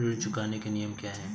ऋण चुकाने के नियम क्या हैं?